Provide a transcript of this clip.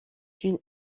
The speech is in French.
une